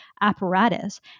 apparatus